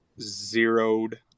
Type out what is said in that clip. zeroed